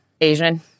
Asian